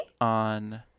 on